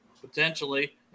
potentially